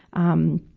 um,